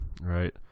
right